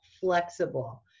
flexible